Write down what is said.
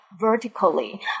vertically